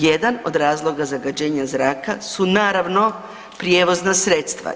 Jedan od razloga zagađenja zraka su naravno prijevozna sredstva.